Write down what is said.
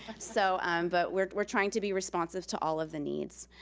so um but we're we're trying to be responsive to all of the needs.